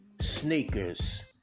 sneakers